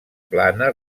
plana